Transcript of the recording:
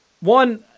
one